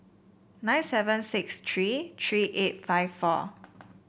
nine seven six three three eight five four